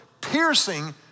piercing